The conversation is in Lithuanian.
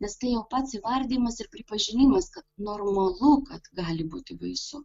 nes tai jau pats įvardijimas ir pripažinimas kad normalu kad gali būti baisu